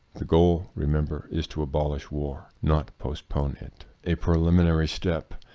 the goal, remember, is to abolish war, not postpone it. a preliminary step,